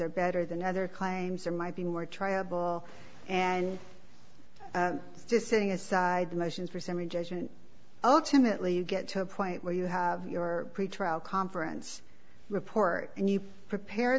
are better than other claims there might be more triable and it's just sitting inside the motions for summary judgment ultimately you get to a point where you have your pretrial conference report and you prepare